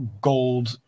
gold